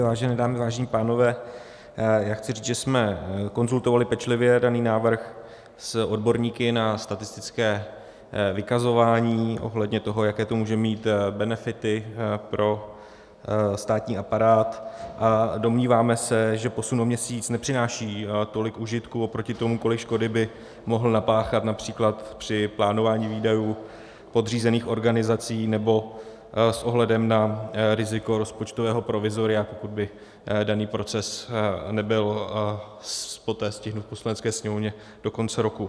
Vážené dámy, vážení pánové, chci říct, že jsme konzultovali pečlivě daný návrh s odborníky na statistické vykazování ohledně toho, jaké to může mít benefity pro státní aparát, a domníváme se, že posun o měsíc nepřináší tolik užitku oproti tomu, kolik škody by mohl napáchat například při plánování výdajů podřízených organizací nebo s ohledem na riziko rozpočtového provizoria, pokud by daný proces nebyl poté stižen v Poslanecké sněmovně do konce roku.